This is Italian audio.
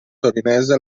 torinese